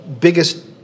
biggest